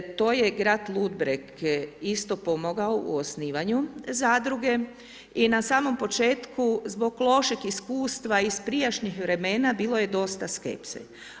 To je grad Ludbreg isto pomogao u osnivanju zadruge i na samom početku zbog lošeg iskustva iz prijašnjih vremena bilo je dosta skepse.